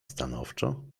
stanowczo